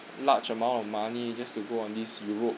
large amount of money just to go on this europe